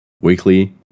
Weekly